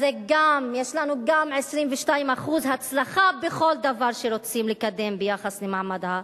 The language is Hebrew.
אז יש לנו גם 22% הצלחה בכל דבר שרוצים לקדם ביחס למעמד הנשים.